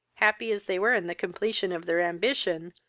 happy as they were in the completion of their ambition,